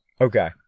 Okay